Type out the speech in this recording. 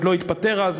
עוד לא התפטר אז,